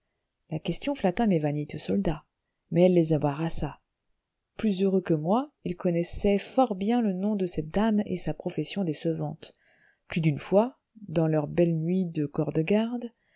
la question flatta mes vaniteux soldats mais elle les embarrassa plus heureux que moi ils connaissaient fort bien le nom de cette dame et sa profession décevante plus d'une fois dans leurs belles nuits de corps-de-garde ils